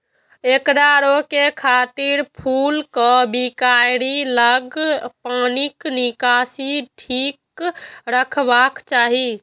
एकरा रोकै खातिर फूलक कियारी लग पानिक निकासी ठीक रखबाक चाही